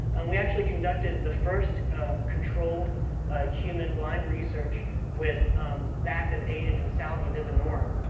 and we actually conducted the first controlled human blind research with the active agent in salvia divinorum,